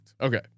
Okay